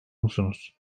musunuz